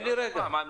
למה?